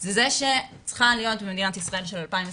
זה שצריכה להיות מדינת ישראל של 2021,